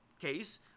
case